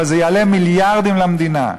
אבל זה יעלה מיליארדים למדינה.